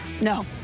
No